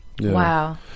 Wow